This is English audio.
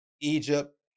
Egypt